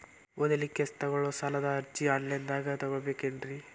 ಓದಲಿಕ್ಕೆ ತಗೊಳ್ಳೋ ಸಾಲದ ಅರ್ಜಿ ಆನ್ಲೈನ್ದಾಗ ತಗೊಬೇಕೇನ್ರಿ?